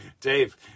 Dave